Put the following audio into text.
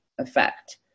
effect